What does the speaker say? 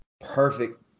perfect